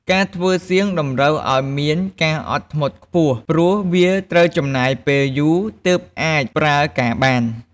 ការធ្វើសៀងតម្រូវឱ្យមានការអត់ធ្មត់ខ្ពស់ ព្រោះវាត្រូវចំណាយពេលយូរទើបអាចប្រើការបាន។